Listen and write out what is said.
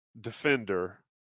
defender